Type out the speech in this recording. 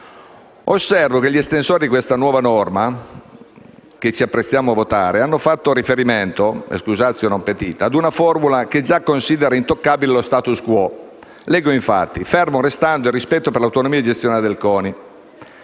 Osservo che gli estensori di questa nuova norma che ci apprestiamo a votare hanno fatto riferimento, *excusatio non petita*, ad una formula che già considera intoccabile lo *status quo*. Leggo infatti: «Fermo restando il rispetto per l'autonomia gestionale del CONI».